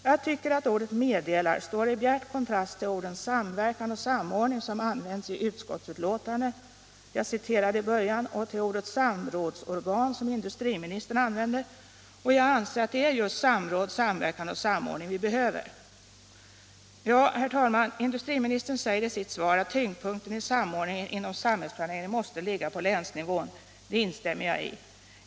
Jag tycker att ordet meddelar står i bjärt kontrast till orden samverkan och samordning som används i utskottsutlåtandet jag citerade i början och till ordet samrådsorgan som industriministern använder, och jag anser att det är just samråd, samverkan och samordning vi behöver. Ja, herr talman, industriministern säger i sitt svar att tyngdpunkten i samordningen inom samhällsplaneringen måste ligga på länsnivån. Det instämmer jag i.